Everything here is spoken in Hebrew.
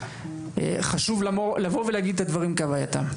חשוב לבוא ולהגיד את הדברים כהווייתם,